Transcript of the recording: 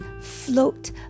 float